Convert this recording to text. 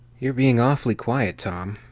you're being awfully quiet, tom.